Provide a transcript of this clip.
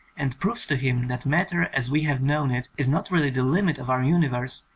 and proves to him that matter as we have known it is not really the limit of our universe,